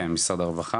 כן, משרד הרווחה.